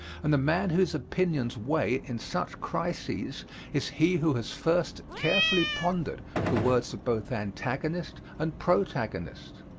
and the man whose opinions weigh in such crises is he who has first carefully pondered the words both antagonist and protagonist.